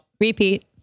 Repeat